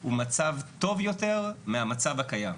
הוא מצב טוב יותר מהמצב הקיים.